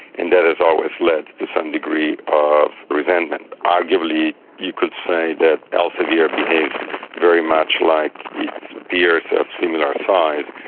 and that has always led to some degree of resentment. arguably you could say that elsevier behaves very much like its peers of similar size,